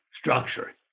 structure